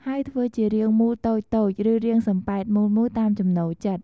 ហើយធ្វើជារាងមូលតូចៗ ឬរាងសំប៉ែតមូលៗតាមចំណូលចិត្ត។